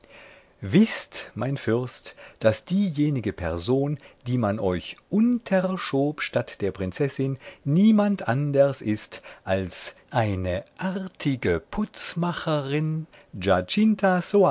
wißt mein fürst daß diejenige person die man euch unterschob statt der prinzessin niemand anders ist als eine artige putzmacherin